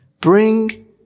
Bring